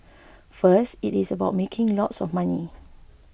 first it is about making lots of money